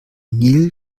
nil